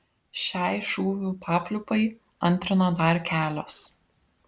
šiai šūvių papliūpai antrino dar kelios